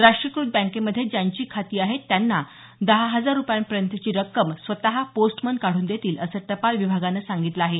राष्ट्रीयकृत बँकेमध्ये ज्यांची खाती आहेत त्यांना दहा हजार रुपयांपर्यँतची रक्कम स्वतः पोस्टमन काढून देतील असं टपाल विभागाने सांगितलं आहे